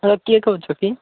hello କିଏ କହୁଛ କି